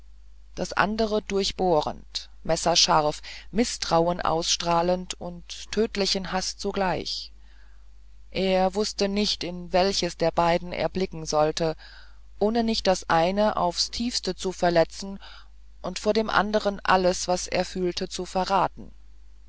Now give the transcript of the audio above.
das andere durchbohrend messerscharf mißtrauen ausstrahlend und tödlichen haß zugleich er wußte nicht in welches der beiden er blicken solle ohne nicht das eine aufs tiefste zu verletzen oder vor dem anderen alles was er fühlte zu verraten